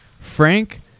frank